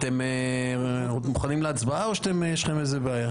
אתם מוכנים להצבעה או שיש לכם איזו בעיה?